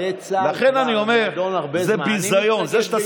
לכן אני אומר, זה ביזיון.